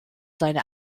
seine